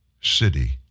City